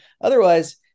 otherwise